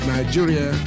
Nigeria